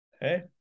Hey